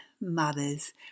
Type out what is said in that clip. mothers